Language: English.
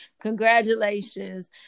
Congratulations